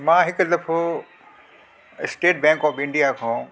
मां हिकु दफ़ो स्टेट बैंक ऑफ इंडिया खां